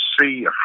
see